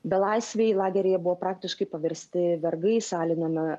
belaisviai lageryje buvo praktiškai paversti vergais alinami